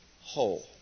whole